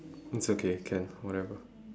it's okay can whatever